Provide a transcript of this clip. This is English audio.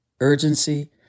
urgency